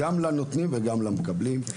גם לנותנים וגם למקבלים.